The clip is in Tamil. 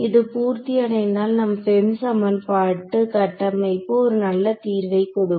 இது பூர்த்தி அடைந்தால் நமது FEM சமன்பாட்டு கட்டமைப்பு ஒரு நல்ல தீர்வை கொடுக்கும்